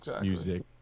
music